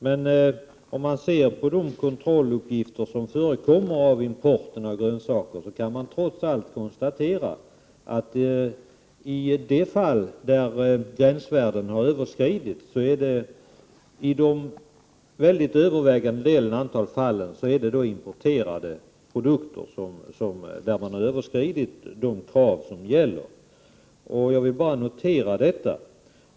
Men om man ser på de kontrolluppgifter som föreligger om importen av grönsaker, kan man trots allt konstatera att i de fall där gränsvärden har överskridits rör det sig till övervägande del om importerade produkter. Jag vill bara notera detta.